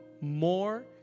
more